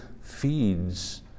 feeds